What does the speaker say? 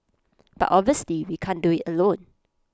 but obviously we can't do IT alone